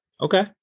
okay